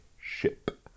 ship